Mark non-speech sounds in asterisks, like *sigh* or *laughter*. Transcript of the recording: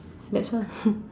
that's all *laughs*